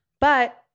But-